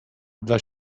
dla